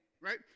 Right